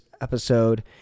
episode